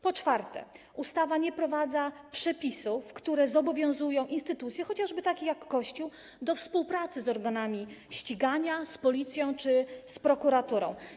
Po czwarte, ustawa nie wprowadza przepisów, które zobowiązują instytucje, chociażby takie jak Kościół, do współpracy z organami ścigania, z Policją czy z prokuraturą.